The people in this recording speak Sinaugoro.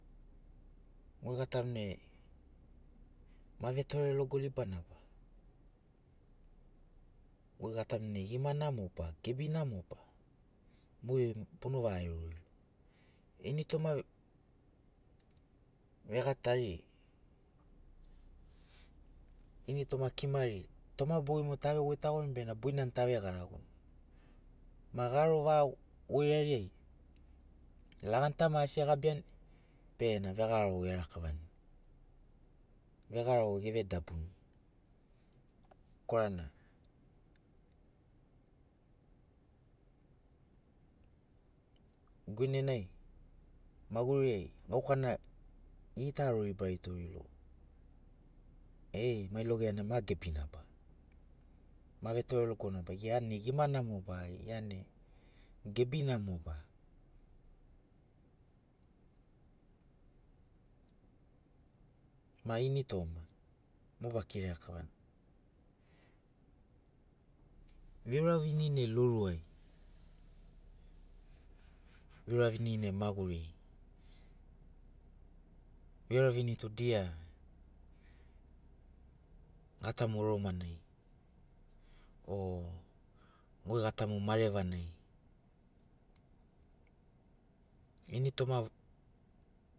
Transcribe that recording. Goi gatamu ne ma vetore logo libana ba goi gatamu ne gima namo ba gebi namo ba mogeri bono vaga aerori ititoma vegatari initoma kimari toma bogi mogo tave goitagoni. bena boinani tu tave garagoni. Ma garo vaga goirari ai lagani ta maki asi egabiani bena vegrago erakavani vegarago geve dabuni korana guinenai maguririai gaukana gegita. aroribarito goi rogo. Ei mai logea ne ma gebina ba ma vetore logona ba gia ne gima namo ba gia ne gebi namo ba ma initoma mo bakiragia kavana veurani ne loru ai veurani. ne maguri veurani tu dia gatamu oromanai o goi gatamu marevanai initoma.